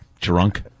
drunk